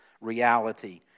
reality